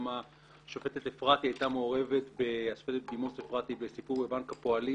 גם השופטת בדימוס אפרתי הייתה מעורבת בסיפור בבנק הפועלים